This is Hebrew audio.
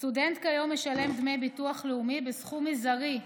סטודנט משלם כיום דמי ביטוח לאומי בסכום מזערי,